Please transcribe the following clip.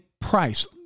price